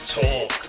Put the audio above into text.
Talk